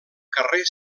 carrer